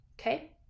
okay